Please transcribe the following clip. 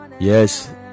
Yes